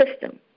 system